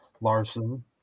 Larson